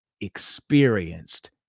experienced